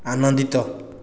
ଆନନ୍ଦିତ